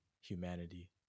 humanity